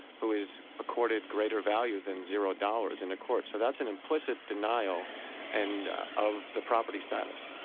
who is accorded greater value than zero dollars in the courts. so that's an implicit denial and of the property status.